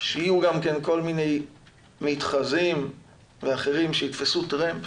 שיהיו גם כן כל מיני מתחזים ואחרים שיתפסו טרמפ.